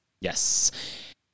Yes